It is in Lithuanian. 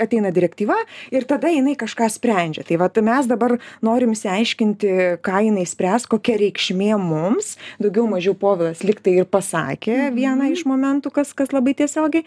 ateina direktyva ir tada jinai kažką sprendžia tai vat mes dabar norim išsiaiškinti ką jinai spręs kokia reikšmė mums daugiau mažiau povilas lyg tai ir pasakė vieną iš momentų kas kas labai tiesiogiai